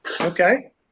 Okay